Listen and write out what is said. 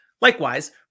Likewise